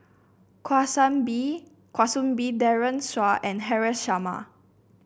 Kwa Soon Bee Daren Shiau and Haresh Sharma